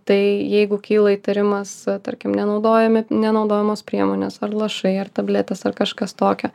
tai jeigu kyla įtarimas tarkim nenaudojami nenaudojamos priemonės ar lašai ar tabletės ar kažkas tokio